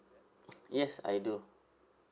yes I do